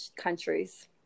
countries